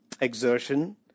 exertion